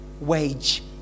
wage